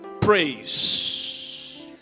Praise